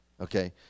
Okay